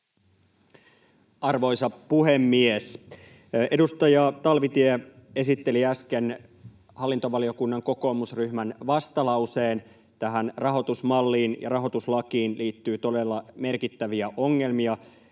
Arvoisa puhemies! Edustaja Talvitie esitteli äsken hallintovaliokunnan kokoomusryhmän vastalauseen. Tähän rahoitusmalliin ja rahoituslakiin liittyy todella merkittäviä ongelmia,